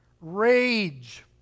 rage